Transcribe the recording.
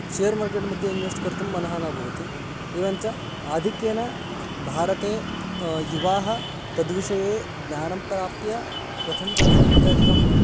share market मध्ये invest कर्तुं मनः न भवति एवञ्च आधिक्येन भारते युवानः तद्विषये ज्ञानं प्राप्य कथं कर्तव्यमित्यादिकं